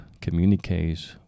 communicates